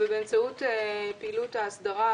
באמצעות פעילות ההסדרה,